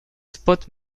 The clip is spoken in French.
spots